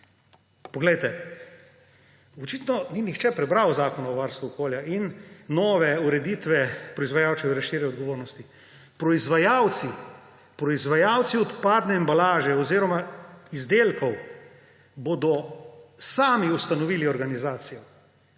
Poglejte, očitno ni nihče prebral Zakona o varstvu okolja in nove ureditve proizvajalčeve razširjene odgovornosti. Proizvajalci odpadne embalaže oziroma izdelkov bodo sami ustanovili organizacijo,